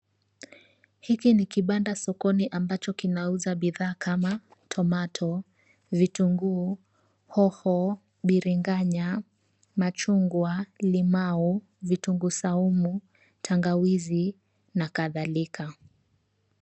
Hiki ni kibanda sokoni ambacho kinauza bidhaa kama tonato, vitunguu, hoho, biringanya, machungwa, limau, vitunguu saumu tangawizi na kadhalika.